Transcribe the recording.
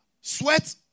Sweat